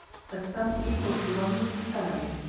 a sum equal to one week's salary,